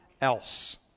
else